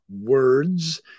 words